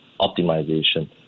optimization